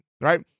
right